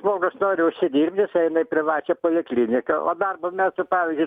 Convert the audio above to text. žmogus nori užsidirbti jis eina į privačią polikliniką o darbo metu pavyzdžiui